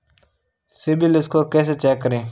CIBIL score कैसे check करें?